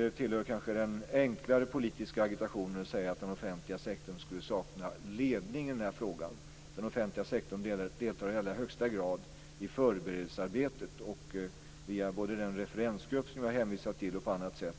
Det tillhör den enklare politiska agitationen att säga att den offentliga sektorn skulle sakna ledning i frågan. Den offentliga sektorn deltar i allra högsta grad i förberedelsearbetet. Via både den referensgrupp jag har hänvisat till och på andra sätt